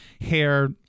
hair